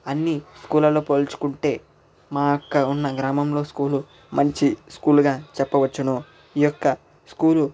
అన్నీ స్కూల్లలో పోల్చుకుంటే మా యొక్క ఉన్న గ్రామంలో స్కూల్ మంచి స్కూల్గా చెప్పవచ్చును ఈ యొక్క స్కూలు